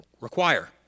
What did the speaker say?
require